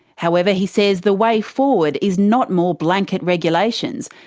however, he says the way forward is not more blanket regulations,